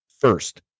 first